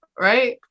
Right